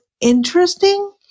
interesting